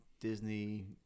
Disney